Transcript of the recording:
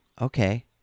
okay